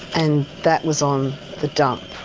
and that was on the dump.